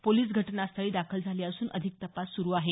police घटनास्थळी दाखल झाले असून अधिक तपास सुरू आहे